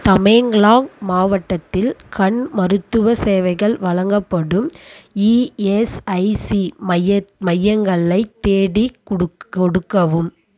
தமெங்கலாங் மாவட்டத்தில் கண் மருத்துவச் சேவைகள் வழங்கப்படும் ஈஎஸ்ஐசி மையத்தை மையங்களைத் தேடிக் கொடுக் கொடுக்கவும்